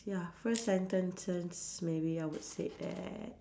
ya first sentences maybe I would say that